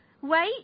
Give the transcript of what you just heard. wait